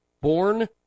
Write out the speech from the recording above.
born